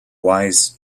wise